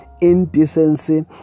indecency